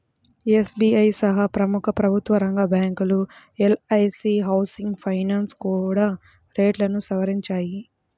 SBI సహా ప్రముఖ ప్రభుత్వరంగ బ్యాంకులు, ఎల్.ఐ.సీ హౌసింగ్ ఫైనాన్స్ కూడా రేట్లను సవరించాయి